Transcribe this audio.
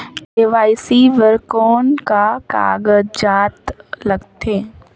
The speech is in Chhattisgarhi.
के.वाई.सी बर कौन का कागजात लगथे?